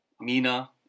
Mina